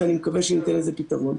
ואני מקווה שניתן לזה פתרון.